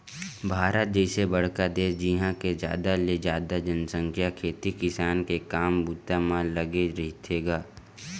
भारत जइसे बड़का देस जिहाँ के जादा ले जादा जनसंख्या खेती किसानी के काम बूता म लगे रहिथे गा